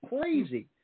crazy